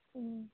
ꯎꯝ